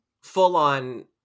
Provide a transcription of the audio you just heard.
full-on